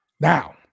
Now